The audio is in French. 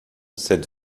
cette